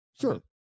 sure